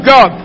God